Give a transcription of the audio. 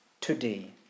today